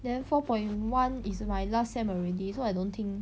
then four point one is my last sem already so I don't think